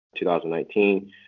2019